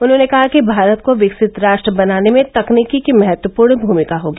उन्होंने कहा कि भारत को विकसित राष्ट्र बनाने में तकनीकी की महत्वपूर्ण भूमिका होगी